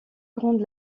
grande